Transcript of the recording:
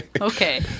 Okay